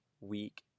week